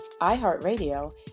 iHeartRadio